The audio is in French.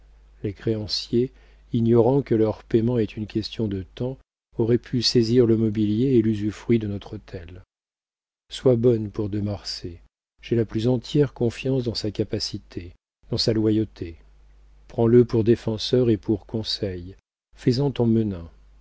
les créanciers ignorant que leur paiement est une question de temps auraient pu saisir le mobilier et l'usufruit de notre hôtel sois bonne pour de marsay j'ai la plus entière confiance dans sa capacité dans sa loyauté prends-le pour défenseur et pour conseil fais-en ton